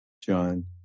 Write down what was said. John